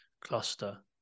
cluster